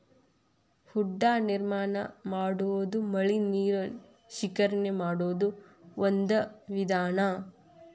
ಹೊಂಡಾ ನಿರ್ಮಾಣಾ ಮಾಡುದು ಮಳಿ ನೇರ ಶೇಖರಣೆ ಮಾಡು ಒಂದ ವಿಧಾನಾ